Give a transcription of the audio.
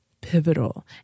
pivotal